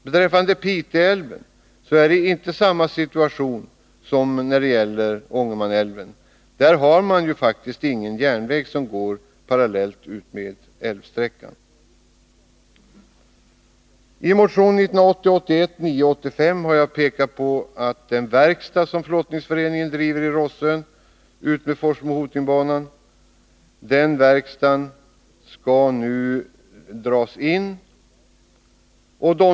Beträffande Piteälven är det inte samma situation där som när det gäller Ångermanälven. Där har man ju ingen järnväg som går parallellt med älvsträckan. I motion 1980/81:985 har jag pekat på att den verkstad som flottningsföreningen driver i Rossön utmed Forsmo-Hoting-banan nu skall dras in.